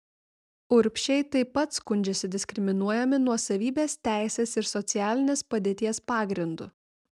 urbšiai taip pat skundžiasi diskriminuojami nuosavybės teisės ir socialinės padėties pagrindu